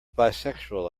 bisexual